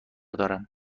دارم